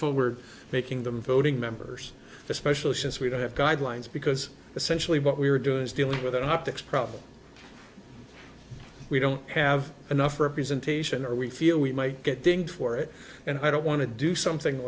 forward making them voting members especially since we don't have guidelines because essentially what we're doing is dealing with an optics problem we don't have enough representation or we feel we might get dinged for it and i don't want to do something